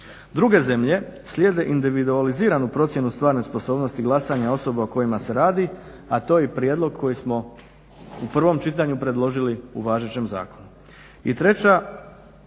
Druge zemlje slijede individualiziranu procjenu stvarne sposobnosti glasanja osoba o kojima se radi, a to je i prijedlog koji smo u prvom čitanju predložili u važećem zakonu.